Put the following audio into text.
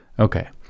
Okay